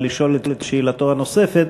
לשאול את שאלתו הנוספת,